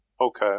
okay